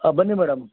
ಹಾಂ ಬನ್ನಿ ಮೇಡಮ್